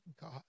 God